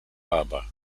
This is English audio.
barber